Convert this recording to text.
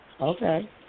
Okay